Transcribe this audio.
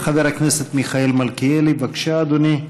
חבר הכנסת מיכאל מלכיאלי, בבקשה, אדוני.